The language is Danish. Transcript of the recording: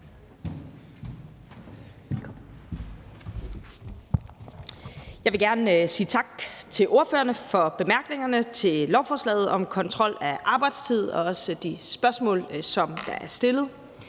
Jeg vil gerne sige tak til ordførerne for bemærkningerne til lovforslaget om kontrol af arbejdstid og også for de spørgsmål, der er stillet.